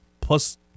plus